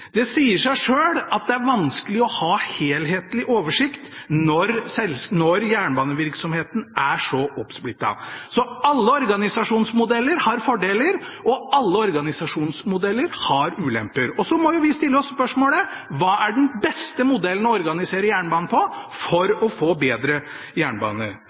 Det sier seg selv at det er vanskelig å ha helhetlig oversikt når jernbanevirksomheten er så oppsplittet. Så alle organisasjonsmodeller har fordeler, og alle organisasjonsmodeller har ulemper. Og så må jo vi stille oss spørsmålet: Hva er den beste modellen å organisere jernbanen